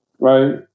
right